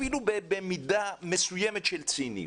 אפילו במידה מסוימת של ציניות.